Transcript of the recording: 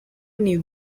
new